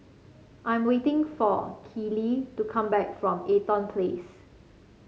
I'm waiting for Kelli to come back from Eaton Place